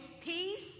peace